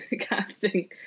casting